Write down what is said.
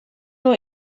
nur